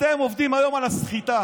אתם עובדים היום על הסחיטה.